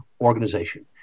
organization